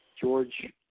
George